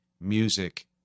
music